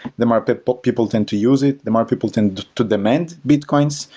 the more but but people tend to use it, the more people tend to demand bitcoins,